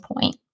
point